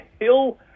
Hill